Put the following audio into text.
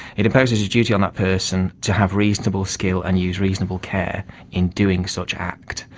it imposes a duty on that person to have reasonable skill and use reasonable care in doing such act.